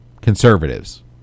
Conservatives